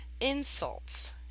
insults